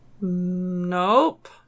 Nope